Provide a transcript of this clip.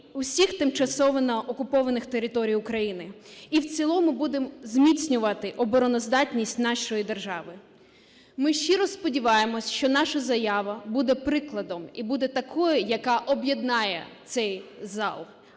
всіх на тимчасово окупованих територіях України, і в цілому будемо зміцнювати обороноздатність нашої держави. Ми щиро сподіваємося, що наша заява буде прикладом і буде такою, яка об'єднає цей зал